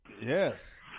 Yes